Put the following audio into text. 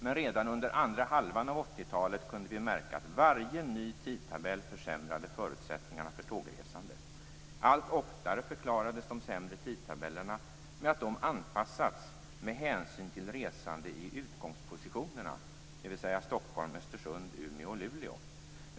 Men redan under andra halvan av 80-talet kunde vi märka att varje ny tidtabell försämrade förutsättningarna för tågresande. Allt oftare förklarades de sämre tidtabellerna med att de anpassats med hänsyn till resande i utgångspositionerna, dvs. Stockholm, Östersund, Umeå och Luleå.